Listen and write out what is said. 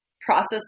process